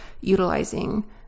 utilizing